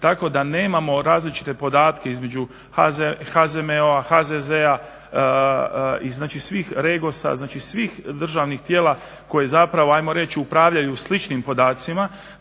tako da nemamo različite podatke između HZMO-a, HZZ-a, Regosa, znači svih državnih tijela koji zapravo ajmo reći upravljaju sličnim podacima.